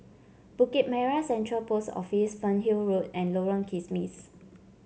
Bukit Merah Central Post Office Fernhill Road and Lorong Kismis